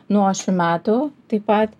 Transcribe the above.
nuo šių metų taip pat